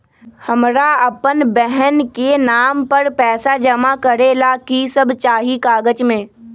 हमरा अपन बहन के नाम पर पैसा जमा करे ला कि सब चाहि कागज मे?